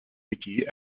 mickey